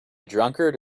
drunkard